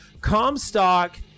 Comstock